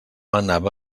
anava